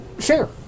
share